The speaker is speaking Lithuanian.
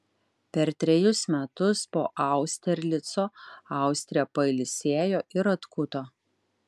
per trejus metus po austerlico austrija pailsėjo ir atkuto